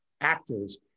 actors